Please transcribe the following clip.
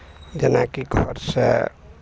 जेनाकि घरसँ